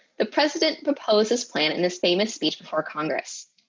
the president proposed this plan in his famous speech before congress.